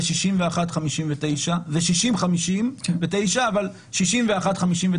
זה 61:59. זה 60:59 אבל 61:59,